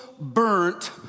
burnt